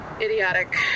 idiotic